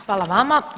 Hvala vama.